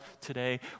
today